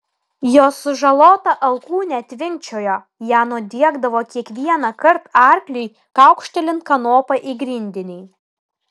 jo sužalota alkūnė tvinkčiojo ją nudiegdavo kiekvienąkart arkliui kaukštelint kanopa į grindinį